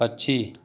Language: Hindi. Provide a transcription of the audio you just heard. पक्षी